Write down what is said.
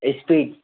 speed